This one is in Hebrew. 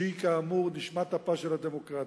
שהיא, כאמור, נשמת אפה של הדמוקרטיה.